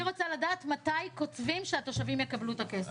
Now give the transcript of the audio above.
אני רוצה לדעת מתי קוצבים שהתושבים יקבלו את הכסף.